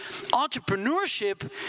entrepreneurship